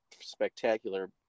spectacular